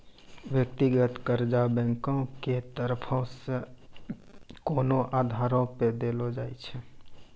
व्यक्तिगत कर्जा बैंको के तरफो से कोनो आधारो पे देलो जाय छै